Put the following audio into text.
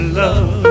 love